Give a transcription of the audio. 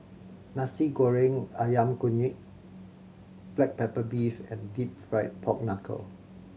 Nasi Goreng Ayam Kunyit black pepper beef and Deep Fried Pork Knuckle